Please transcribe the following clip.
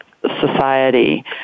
society